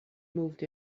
moved